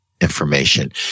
information